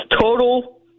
Total